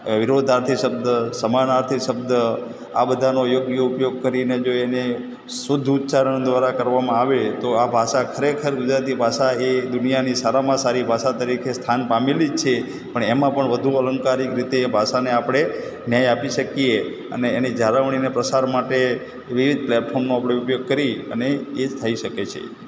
વિરોધાર્થી શબ્દ સમાનાર્થી શબ્દ આ બધાનો યોગ્ય ઉપયોગ કરીને જો એને શુદ્ધ ઉચ્ચારણ દ્વારા કરવામાં આવે તો આ ભાષા ખરેખર ગુજરાતી ભાષા એ દુનિયાની સારામાં સારી ભાષા તરીકે સ્થાન પામેલી જ છે પણ એમાં પણ વધુ અલંકારિક રીતે એ ભાષાને આપણે ન્યાય આપી શકીએ અને એની જાળવણી અને પ્રસાર માટે વિવિધ પ્લૅટફોર્મનો આપણે ઉપયોગ કરી અને એ જ થઇ શકે છે